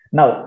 Now